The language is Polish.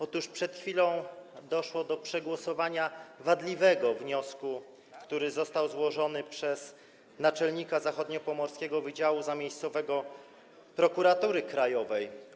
Otóż przed chwilą doszło do przegłosowania wadliwego wniosku, który został złożony przez naczelnika zachodniopomorskiego wydziału zamiejscowego Prokuratury Krajowej.